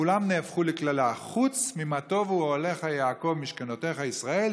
כולן נהפכו לקללה חוץ מ"מה טּבוּ אֹהליך יעקב משכנותיך ישראל",